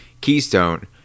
Keystone